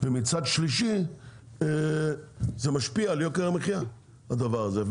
ומצד שלישי זה משפיע על יוקר המחיה הדבר הזה,